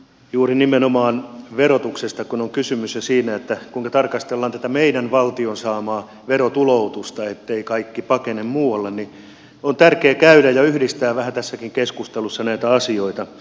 kun nimenomaan verotuksesta on kysymys ja siitä kuinka tarkastellaan meidän valtion saamaa verotuloutusta ettei kaikki pakene muualle on tärkeää käydä läpi ja yhdistää vähän tässäkin keskustelussa näitä asioita